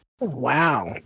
Wow